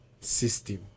system